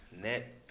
Net